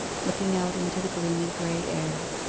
looking out into the gloomy grey air.